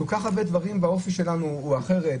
כל כך הרבה דברים באופי שלנו הוא אחר,